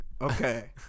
Okay